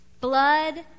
blood